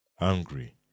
angry